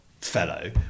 fellow